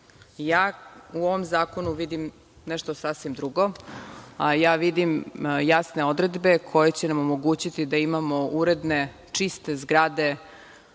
U ovom zakonu vidim nešto sasvim drugo. Vidim jasne odredbe koje će nam omogućiti da imao uredne, čiste zgrade,